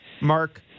Mark